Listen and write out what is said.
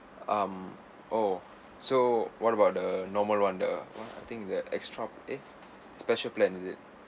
um oh so what about the normal [one] the what I think the extra eh special plan is it